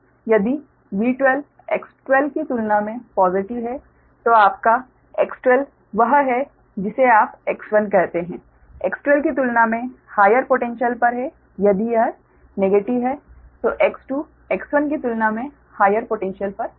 यदि V12 X12 की तुलना में पॉज़िटिव है तो आपका X12 वह है जिसे आप X1 कहते हैं X2 की तुलना में हाइयर पोटैन्श्यल पर है यदि यह नेगेटिव है तो X2 X1 की तुलना में हाइयर पोटैन्श्यल पर होगा